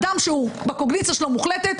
אדם שהקוגניציה שלו מוחלטת,